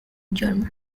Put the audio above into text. german